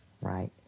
Right